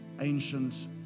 ancient